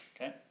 Okay